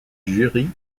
jury